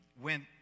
went